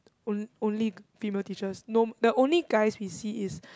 on~ only female teachers no the only guys we see is